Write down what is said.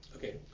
Okay